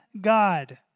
god